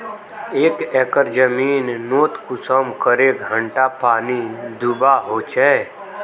एक एकर जमीन नोत कुंसम करे घंटा पानी दुबा होचए?